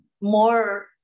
more